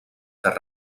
fer